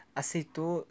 aceitou